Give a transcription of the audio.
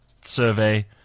survey